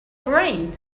brain